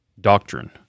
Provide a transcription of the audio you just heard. doctrine